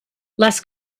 less